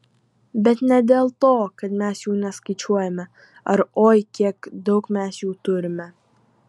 bet ne dėl to kad mes jų neskaičiuojame ar oi kiek daug mes jų turime